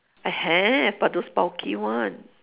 I have but those bulky one